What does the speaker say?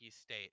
state